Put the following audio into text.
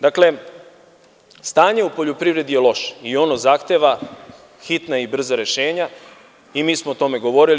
Dakle, stanje u poljoprivredi je loše i ono zahteva hitna i brza rešenja i mi smo o tome govorili.